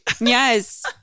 yes